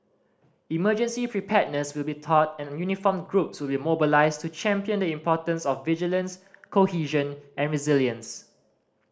emergency preparedness will be taught and uniformed groups will be mobilised to champion the importance of vigilance cohesion and resilience